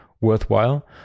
worthwhile